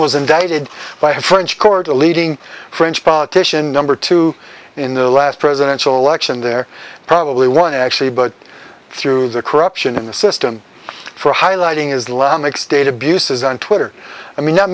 was indicted by a french court a leading french politician number two in the last presidential election there probably one actually but through the corruption in the system for highlighting islamic state abuses on